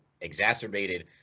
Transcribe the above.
exacerbated